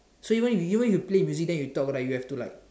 so even if even you play music you talk you have to like